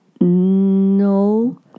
No